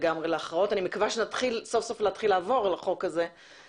אני מקווה שנתחיל סוף סוף לעבור על סעיפי הנוסח המוצע.